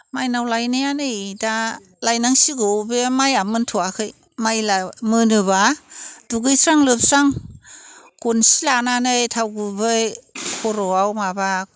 माइनाव लायनाया नै दा लायनांसिगौ बे माइआ मोनथ'वाखै माइ मोनोबा दुगैस्रां लोबस्रां गनसि लानानै थाव गुबै खर'आव माबा